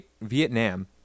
Vietnam